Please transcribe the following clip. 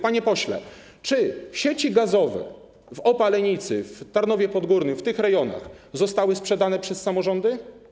Panie pośle, czy sieci gazowe w Opalenicy, w Tarnowie Podgórnym, w tych rejonach, zostały sprzedane przez samorządy?